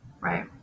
Right